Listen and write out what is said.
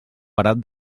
parat